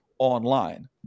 online